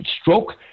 stroke